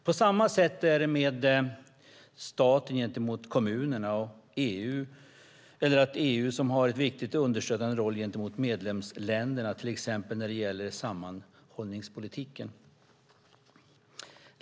På samma sätt är det med staten gentemot kommunerna, eller EU, som har en viktig understödjande roll gentemot medlemsländerna, till exempel när det gäller sammanhållningspolitiken.